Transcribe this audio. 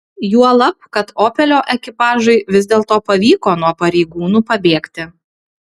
juolab kad opelio ekipažui vis dėlto pavyko nuo pareigūnų pabėgti